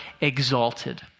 exalted